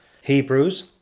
Hebrews